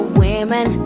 women